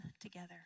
together